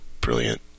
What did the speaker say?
brilliant